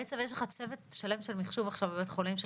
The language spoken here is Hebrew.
בעצם יש לך צוות שלם של מחשוב עכשיו של בית החולים?